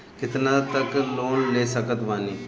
कितना तक लोन ले सकत बानी?